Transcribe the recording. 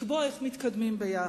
לקבוע איך מתקדמים ביחד.